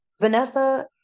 Vanessa